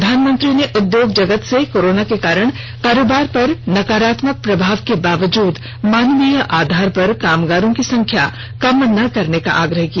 प्रधानमंत्री नरेंद्र मोदी ने उद्योग जगत से कोरोना के कारण कारोबार पर नकारात्मक प्रभाव के बावजूद मानवीय आधार पर कामगारों की संख्या कम न करने का आग्रह किया